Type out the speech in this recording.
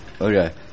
okay